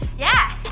yeah.